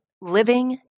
living